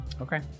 okay